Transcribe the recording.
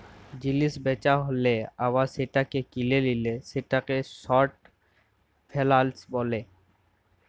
জিলিস বেচা হ্যালে আবার সেটাকে কিলে লিলে সেটাকে শর্ট ফেলালস বিলে